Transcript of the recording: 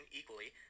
equally